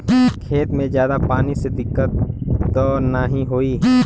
खेत में ज्यादा पानी से दिक्कत त नाही होई?